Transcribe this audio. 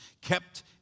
kept